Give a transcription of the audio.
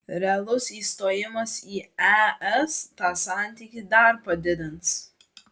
realus įstojimas į es tą santykį dar padidins